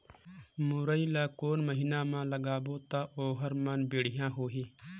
मुरई ला कोन महीना मा लगाबो ता ओहार मान बेडिया होही?